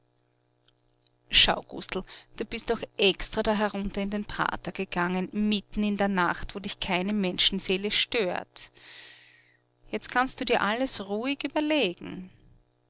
schau gustl du bist doch extra da herunter in den prater gegangen mitten in der nacht wo dich keine menschenseele stört jetzt kannst du dir alles ruhig überlegen